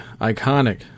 iconic